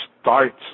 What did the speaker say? start